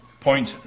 point